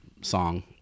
song